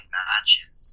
matches